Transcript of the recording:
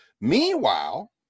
meanwhile